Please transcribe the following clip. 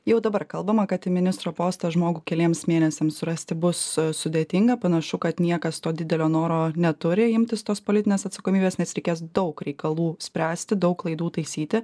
jau dabar kalbama kad į ministro postą žmogų keliems mėnesiams surasti bus sudėtinga panašu kad niekas to didelio noro neturi imtis tos politinės atsakomybės nes reikės daug reikalų spręsti daug klaidų taisyti